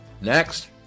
next